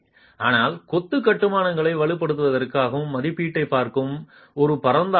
ஆனால் கொத்து கட்டுமானங்களை வலுப்படுத்துவதற்கான மதிப்பீட்டைப் பார்க்கும் ஒரு பரந்த ஆவணம்